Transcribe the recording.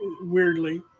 weirdly